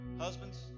husbands